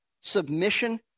submission